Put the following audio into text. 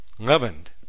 leavened